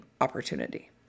opportunity